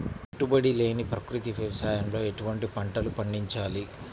పెట్టుబడి లేని ప్రకృతి వ్యవసాయంలో ఎటువంటి పంటలు పండించాలి?